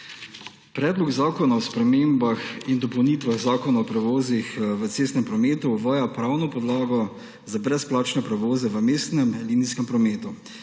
Predlog zakona o spremembah in dopolnitvah Zakona o prevozih v cestnem prometu uvaja pravno podlago za brezplačne prevoze v mestnem linijskem prometu,